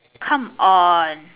come on